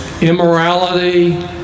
immorality